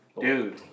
Dude